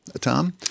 Tom